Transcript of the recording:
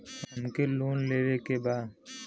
हमके लोन लेवे के बा?